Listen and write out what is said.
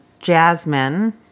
Jasmine